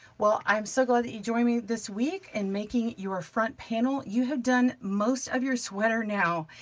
well, i'm so glad that you joined me this week in making your front panel, you have done most of your sweater now.